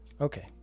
Okay